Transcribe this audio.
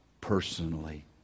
personally